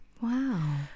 Wow